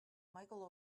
michael